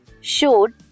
showed